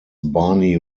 barney